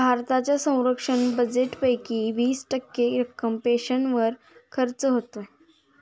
भारताच्या संरक्षण बजेटपैकी वीस टक्के रक्कम पेन्शनवर खर्च होते